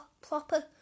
proper